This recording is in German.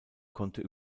konnte